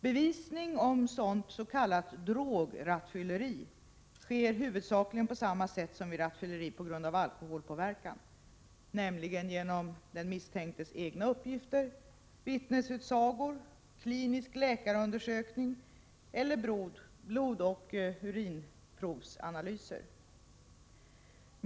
Bevisning om sådant s.k. drograttfylleri sker huvudsakligen på samma sätt som vid rattfylleri på grund av alkoholpåverkan, nämligen genom den misstänktes egna uppgifter, vittnesutsagor, klinisk läkarundersökning eller blodoch urinprovsanalyser.